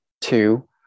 two